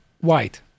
white